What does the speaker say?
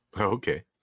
Okay